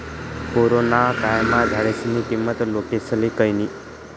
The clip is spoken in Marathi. कोरोना ना कायमा झाडेस्नी किंमत लोकेस्ले कयनी